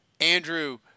Andrew